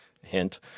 hint